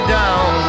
down